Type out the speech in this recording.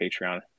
Patreon